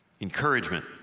Encouragement